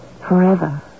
forever